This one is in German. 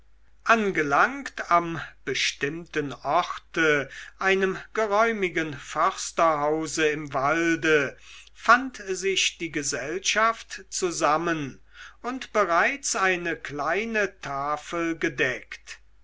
angelangt am bestimmten orte einem geräumigen försterhause im walde fand sich die gesellschaft zusammen und bereits eine kleine tafel gedeckt